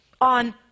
On